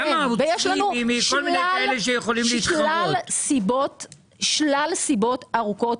כן, ויש לנו שלל סיבות ארוכות.